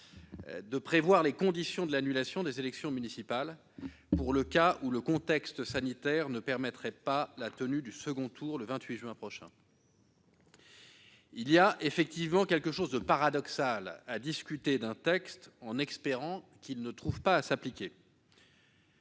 de prévoir les conditions de l'annulation des élections municipales pour le cas où le contexte sanitaire ne permettrait pas la tenue du second tour le 28 juin prochain. Comme l'a parfaitement souligné le président Bas, il y a quelque chose de paradoxal à discuter d'un texte en espérant qu'il ne trouvera pas à s'appliquer.